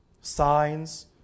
Signs